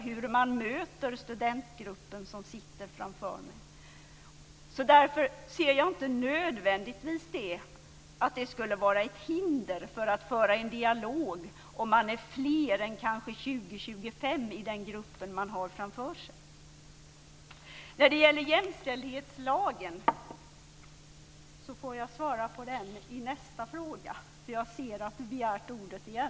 Jag ser inte att det nödvändigtvis skulle vara ett hinder för en dialog om det är fler än kanske 20-25 i den grupp som man har framför sig. Frågan om jämställdhetslagen får jag svara på i nästa replik. Jag ser att Yvonne Andersson har begärt ordet igen.